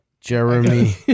Jeremy